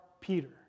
Peter